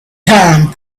time